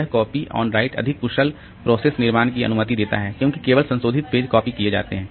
यह copy on write अधिक कुशल प्रोसेस निर्माण की अनुमति देता है क्योंकि केवल संशोधित पेज कॉपी किए जाते हैं